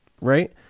Right